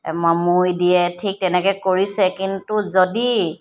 তাৰপৰা মৈ দিয়ে ঠিক তেনেকৈ কৰিছে কিন্তু যদি